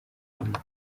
umuhanzi